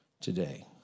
today